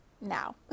now